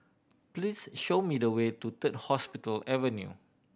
please show me the way to Third Hospital Avenue